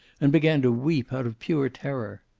and began to weep out of pure terror.